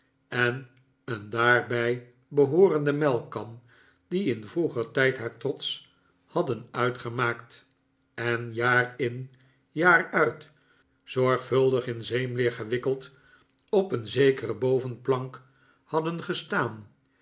en een daarbij behoorende melkkan die in vroeger tijd haar trots hadden uitgemaakt en jaar in jaar uit zorgvuldig in zeemleer gewikkeld op een zekere bovenplank hadden gestaan